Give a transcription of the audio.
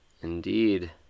Indeed